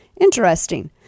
Interesting